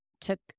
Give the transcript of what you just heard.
took